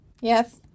Yes